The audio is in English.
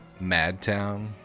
Madtown